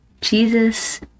Jesus